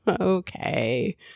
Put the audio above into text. Okay